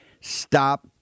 Stop